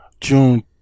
June